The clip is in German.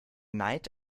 neid